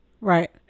right